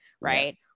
right